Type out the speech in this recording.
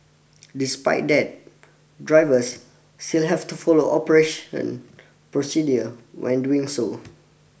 despite that drivers still have to follow operation procedure when doing so